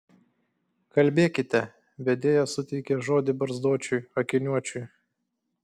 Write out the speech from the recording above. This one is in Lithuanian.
kalbėkite vedėja suteikė žodį barzdočiui akiniuočiui